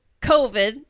COVID